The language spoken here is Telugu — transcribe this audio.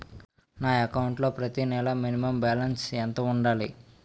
నా అకౌంట్ లో ప్రతి నెల మినిమం బాలన్స్ ఎంత ఉండాలి?